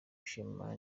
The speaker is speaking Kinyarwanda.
ishema